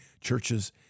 Churches